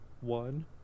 One